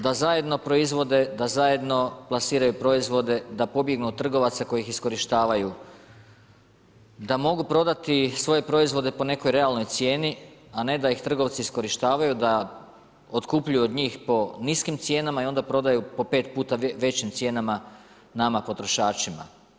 Da zajedno proizvode, da zajedno plasiraju proizvode, da pobjegnu od trgovaca koji ih iskorištavaju, da mogu prodati svoje proizvode po nekoj realnoj cijeni, a ne da ih trgovci iskorištavaju, da otkupljuju od njih po niskim cijenama i onda prodaju po 5 puta većim cijenama nama potrošačima.